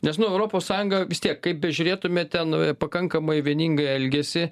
nes nu europos sąjunga vis tiek kaip bežiūrėtume ten pakankamai vieningai elgiasi